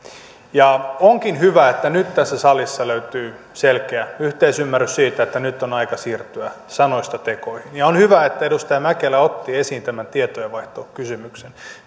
onkin hyvä että nyt tässä salissa löytyy selkeä yhteisymmärrys siitä että nyt on aika siirtyä sanoista tekoihin ja on hyvä että edustaja mäkelä otti esiin tämän tietojenvaihtokysymyksen